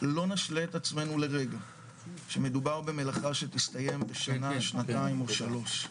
לא נשלה את עצמינו לרגע שמדובר במלאכה שתסתיים בשנה שנתיים או שלוש,